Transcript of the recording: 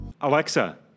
Alexa